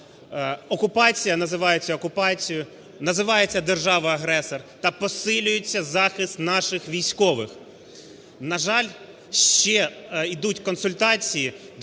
окупація називається окупацією, називається держава-агресор та посилюється захист наших військових. На жаль, ще йдуть консультації для того,